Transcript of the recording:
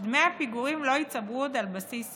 דמי הפיגורים לא ייצברו עוד על בסיס יומי.